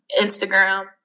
Instagram